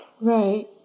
Right